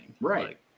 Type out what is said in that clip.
Right